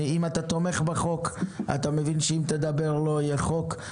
אם אתה תומך בחוק אתה מבין שאם תדבר לא יהיה חוק.